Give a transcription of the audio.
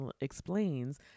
explains